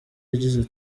yagize